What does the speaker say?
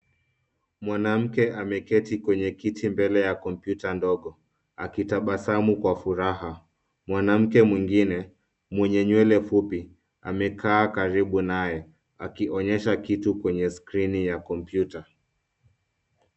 Mwanamke ameketi kwenye kiti mbele ya kompyuta ndogo akitabasamu kwa furaha. Mwanamke mwingine, mwenye nywele fupi amekaa karibu naye akionyesha kitu kwenye skrini ya kompyuta.